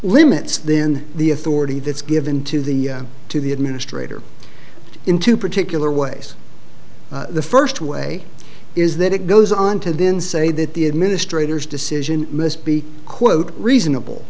limits then the authority that's given to the to the administrator in two particular ways the first way is that it goes on to then say that the administrators decision must be quote reasonable